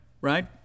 right